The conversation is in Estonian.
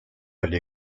oli